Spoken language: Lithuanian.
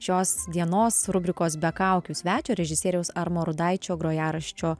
šios dienos rubrikos be kaukių svečio režisieriaus armo rudaičio grojaraščio